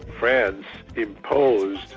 france imposed,